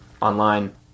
online